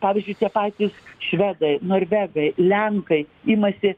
pavyzdžiui tie patys švedai norvegai lenkai imasi